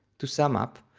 to sum up,